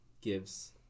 gives